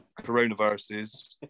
coronaviruses